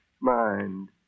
mind